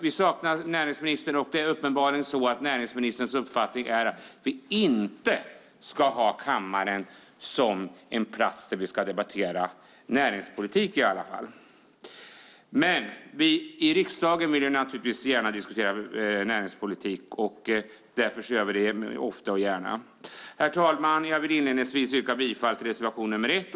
Vi saknar näringsministern. Uppenbarligen är det näringsministerns uppfattning att vi inte ska ha kammaren som en plats där vi debatterar näringspolitik. Men vi i riksdagen vill naturligtvis diskutera näringspolitik, och därför gör vi det ofta och gärna. Herr talman! Jag vill inledningsvis yrka bifall till reservationen.